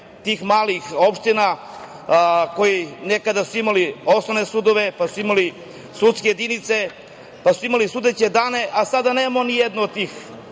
tih malih opština koje su nekada imale osnovne sudove, pa su imali sudske jedinice, pa su imali sudeće dane, a sada nemamo nijednu do tih